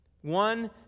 One